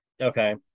Okay